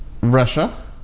Russia